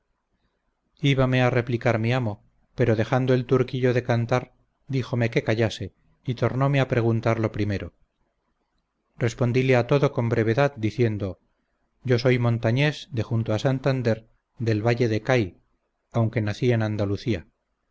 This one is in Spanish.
conocida íbame a replicar mi amo pero dejando el turquillo de cantar díjome que callase y tornome a preguntar lo primero respondile a todo con brevedad diciendo yo soy montañés de junto a santander del valle de cay aunque nací en andalucía